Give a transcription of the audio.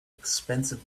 expensive